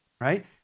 Right